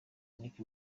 nick